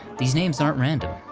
these names aren't random,